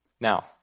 Now